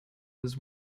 was